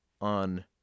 on